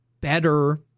better